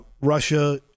Russia